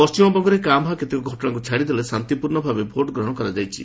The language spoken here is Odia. ପଣ୍ଠିମବଙ୍ଗରେ କାଁ ଭାଁ କେତେକ ଘଟଣାକୁ ଛାଡ଼ି ଦେଲେ ଶାନ୍ତିପୂର୍୍ଣ ଭାବେ ଭୋଟ୍ ଗ୍ରହଣ କରାଯାଇଛି